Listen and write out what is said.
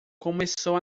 começou